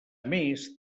més